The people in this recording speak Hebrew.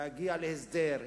להגיע להסדר,